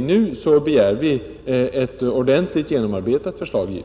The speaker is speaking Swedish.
nu begär vi givetvis ett ordentligt, genomarbetat förslag.